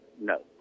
No